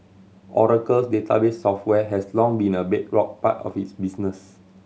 Oracle's database software has long been a bedrock part of its business